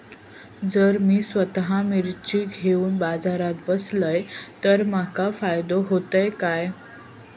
जर मी स्वतः मिर्ची घेवून बाजारात बसलय तर माका फायदो होयत काय?